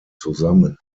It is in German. zusammen